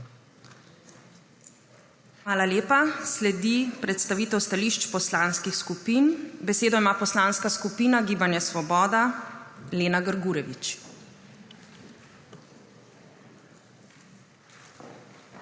Hvala lepa. Sledi predstavitev stališč Poslanskih skupin. Besedo ima poslanska skupina Gibanje Svoboda, Lena Grgurevič. LENA